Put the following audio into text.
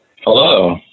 Hello